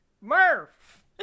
Murph